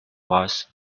was